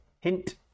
hint